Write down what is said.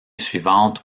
suivante